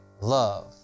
love